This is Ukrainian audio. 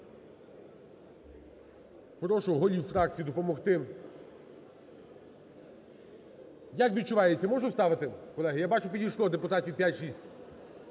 Прошу голів фракцій допомогти. Як відчувається, можем ставити, колеги? Я бачу, підійшло депутатів